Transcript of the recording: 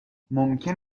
ممکن